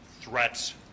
threats